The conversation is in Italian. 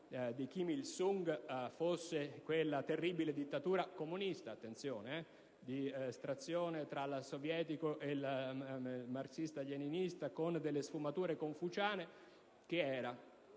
di Kim Il Sung fosse quella terribile dittatura comunista - attenzione! - di estrazione tra il sovietico e il marxista-leninista, con delle sfumature confuciane, che era.